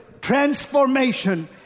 transformation